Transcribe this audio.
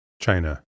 China